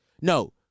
No